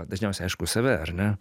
dažniausiai aišku save ar ne